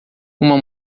uma